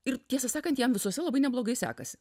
ir tiesą sakant jam visose labai neblogai sekasi